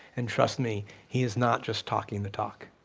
and trust me, he is not just talking the talk.